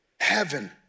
heaven